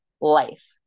life